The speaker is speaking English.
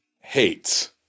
hates